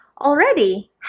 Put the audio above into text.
Already